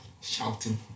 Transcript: shouting